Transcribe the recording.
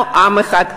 אנחנו עם אחד,